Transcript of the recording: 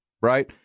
right